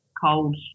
cold